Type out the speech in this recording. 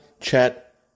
chat